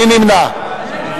מי נמנע?